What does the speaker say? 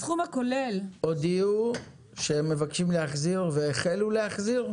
הסכום הכולל --- הודיעו שהם מבקשים להחזיר והחלו להחזיר?